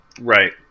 Right